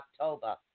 October